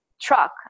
truck